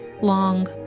long